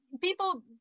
people